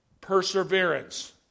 perseverance